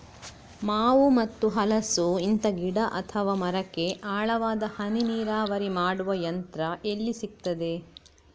ಮಾವು ಮತ್ತು ಹಲಸು, ಇಂತ ಗಿಡ ಅಥವಾ ಮರಕ್ಕೆ ಆಳವಾದ ಹನಿ ನೀರಾವರಿ ಮಾಡುವ ಯಂತ್ರ ಎಲ್ಲಿ ಸಿಕ್ತದೆ?